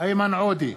איימן עודה,